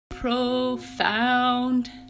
profound